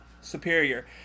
superior